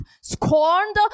scorned